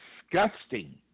disgusting